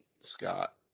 Scott